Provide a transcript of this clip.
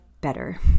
better